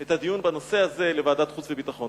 את הדיון בנושא הזה לוועדת החוץ והביטחון.